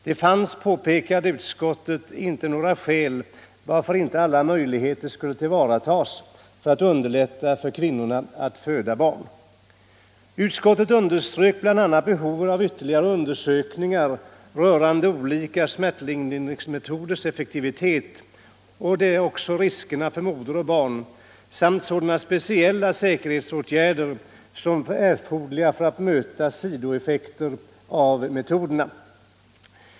Det fanns, påpekade utskottet, inte några skäl till att inte alla möjligheter skulle tillvaratas för att underlätta för kvinnorna att föda barn. Utskottet underströk bl.a. behovet av ytterligare undersökningar rörande olika smärtlindringsmetoders effektivitet och riskerna för moder och barn samt sådana speciella säkerhetsåtgärder som är erforderliga för att möta sidoeffekter av metoderna.